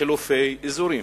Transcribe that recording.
לחילופי אזורים.